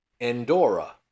Endora